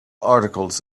articles